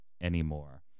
anymore